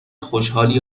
خوشحالی